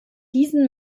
diesen